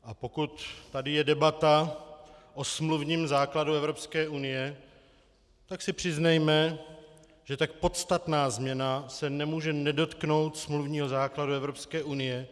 A pokud tady je debata o smluvním základu Evropské unie, tak si přiznejme, že tak podstatná změna se nemůže nedotknout smluvního základu Evropské unie.